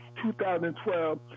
2012